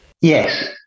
Yes